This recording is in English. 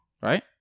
Right